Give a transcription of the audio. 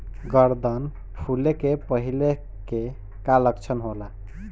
गर्दन फुले के पहिले के का लक्षण होला?